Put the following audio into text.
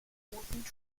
roten